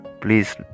please